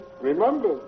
Remember